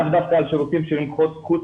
לאו דווקא על שירותים שהם חוץ-ביתיים,